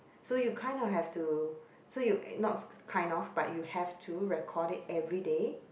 so you kind of have to so you not kind of but you have to record it everyday